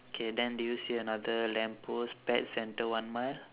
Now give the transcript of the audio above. K then do you see another lamp post pet centre one mile